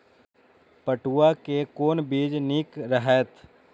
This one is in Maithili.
पटुआ के कोन बीज निक रहैत?